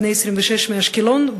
בני 26 מאשקלון,